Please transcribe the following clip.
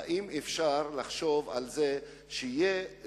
האם אפשר לחשוב על זה שיהיה,